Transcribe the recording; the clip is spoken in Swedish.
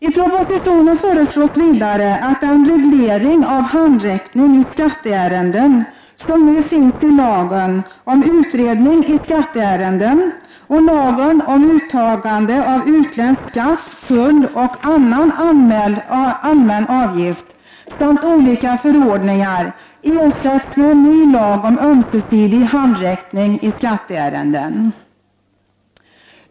I propositionen förelås vidare att den reglering av handräckningen i skatteärenden som nu finns i lagen om utredning i skatteärenden och lagen om uttagande av utländsk skatt, tull och annan allmän avgift samt olika förordningar ersätts med en ny lag om ömsesidig handräckning i skatteärenden.